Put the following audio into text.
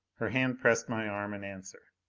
her hand pressed my arm in answer.